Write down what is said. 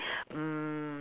mm